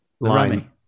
line